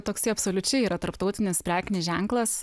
toksai absoliučiai yra tarptautinis prekinis ženklas